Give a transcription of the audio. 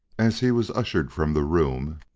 as he was ushered from the room,